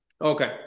Okay